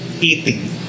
eating